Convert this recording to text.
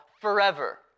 forever